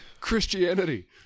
Christianity